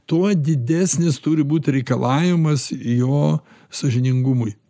tuo didesnis turi būt reikalavimas jo sąžiningumui